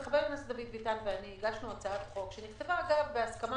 חבר הכנסת דוד ביטן ואני הגשנו הצעת חוק שנכתבה בהסכמה